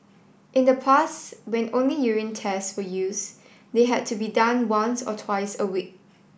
in the past when only urine tests were used they had to be done once or twice a week